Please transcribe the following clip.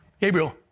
Gabriel